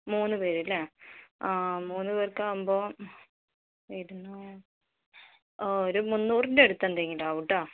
മൂന്നു പേര് ല്ലെ ആ മൂന്നു പേര്ക്ക് ആകുമ്പോൾ ഒരു മുന്നൂറിന്റെ അടുത്തെന്തെങ്കിലു ആവുട്ടോ